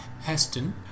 Heston